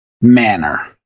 manner